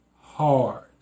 hard